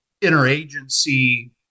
interagency